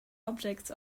objects